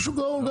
עם שוק ההון.